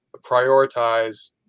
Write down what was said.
prioritize